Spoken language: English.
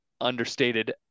understated